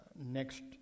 next